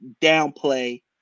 downplay